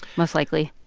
most likely?